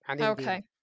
Okay